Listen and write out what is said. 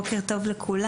בוקר טוב לכולם,